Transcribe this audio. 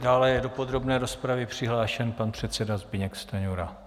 Dále je do podrobné rozpravy přihlášen pan předseda Zbyněk Stanjura.